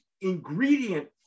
ingredient